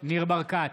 ניר ברקת,